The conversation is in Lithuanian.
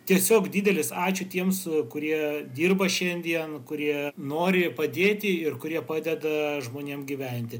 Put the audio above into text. tiesiog didelis ačiū tiems kurie dirba šiandien kurie nori padėti ir kurie padeda žmonėm gyventi